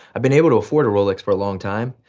i've been able to afford a rolex for a long time,